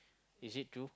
is it true